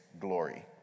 glory